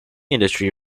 industry